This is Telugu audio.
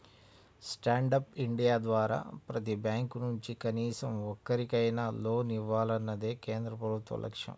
స్టాండ్ అప్ ఇండియా ద్వారా ప్రతి బ్యాంకు నుంచి కనీసం ఒక్కరికైనా లోన్ ఇవ్వాలన్నదే కేంద్ర ప్రభుత్వ లక్ష్యం